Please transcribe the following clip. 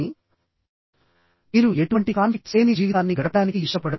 మీరు ఎటువంటి కాన్ఫ్లిక్ట్స్ లేని జీవితాన్ని గడపడానికి ఇష్టపడరు